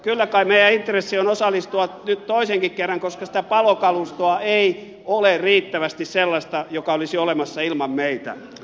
kyllä kai meidän intressimme on osallistua nyt toisenkin kerran koska sellaista palokalustoa ei ole riittävästi joka olisi olemassa ilman meitä